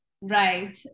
right